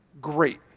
great